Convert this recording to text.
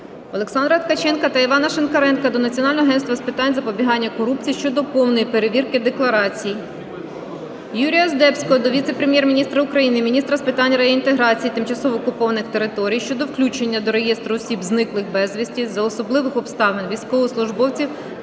Олександра Ткаченка та Івана Шинкаренка до Національного агентства з питань запобігання корупції щодо повної перевірки декларацій. Юрія Здебського до віце-прем'єр-міністра України - міністра з питань реінтеграції тимчасово окупованих територій щодо включення до Реєстру осіб, зниклих безвісті за особливих обставин військовослужбовців